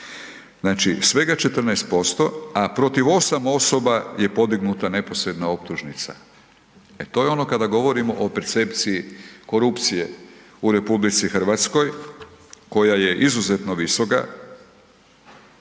znači svega 14% a protiv 8 osoba je podignuta neposredna optužnica. E to je ono kada govorimo o percepciji korupcije u RH koja je izuzetno visoka.